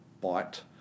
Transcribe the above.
Bite